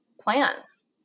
plans